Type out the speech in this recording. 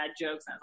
jokes